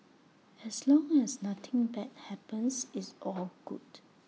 as long as nothing bad happens it's all good